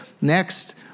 next